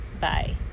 Bye